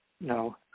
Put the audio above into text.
No